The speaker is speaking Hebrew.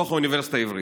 בתוך האוניברסיטה העברית.